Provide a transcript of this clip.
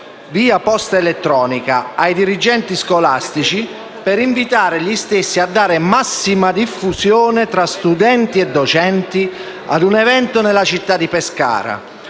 di Pescara e Chieti ai dirigenti scolastici per invitare gli stessi a dare massima diffusione fra studenti e docenti a un evento nella città di Pescara: